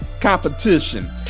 competition